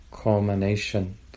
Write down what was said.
culmination